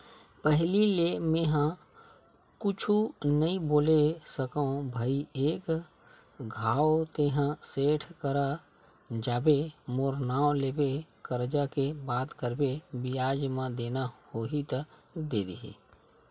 पहिली ले मेंहा कुछु नइ बोले सकव भई एक घांव तेंहा सेठ करा जाबे मोर नांव लेबे करजा के बात करबे बियाज म देना होही त दे दिही